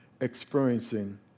experiencing